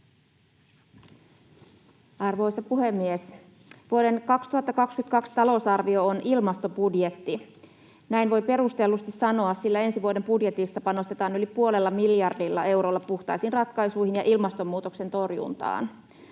Arvoisa puhemies! Vuoden 2022 talousarvio on ilmastobudjetti. Näin voi perustellusti sanoa, sillä ensi vuoden budjetissa panostetaan yli puolella miljardilla eurolla puhtaisiin ratkaisuihin ja ilmastonmuutoksen torjuntaan.